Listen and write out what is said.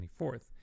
24th